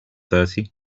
thirty